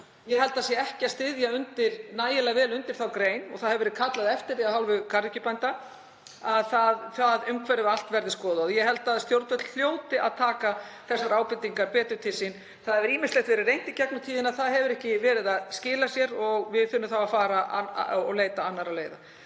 Ég held að ekki sé stutt nægilega vel undir þá grein og það hefur verið kallað eftir því af hálfu garðyrkjubænda að það umhverfi allt verði skoðað. Ég held að stjórnvöld hljóti að taka þessar ábendingar betur til sín. Það hefur ýmislegt verið reynt í gegnum tíðina en það hefur ekki skilað sér og þá þurfum við að leita annarra leiða.